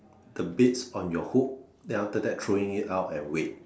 the baits on your hook then after that throwing it out and wait